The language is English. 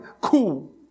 cool